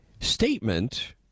statement